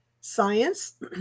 science